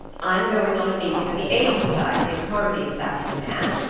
i'm going on a meeting of the aid society at carmody this afternoon, anne,